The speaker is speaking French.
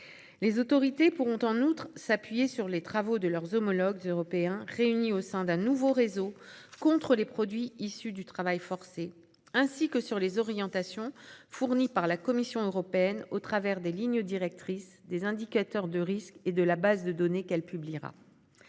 Les autorités pourront en outre s'appuyer sur les travaux de leurs homologues européens, réunis au sein d'un nouveau réseau contre les produits issus du travail forcé, ainsi que sur les orientations fournies par la Commission européenne au travers des lignes directrices, des indicateurs de risques et de la base de données qu'elle publiera.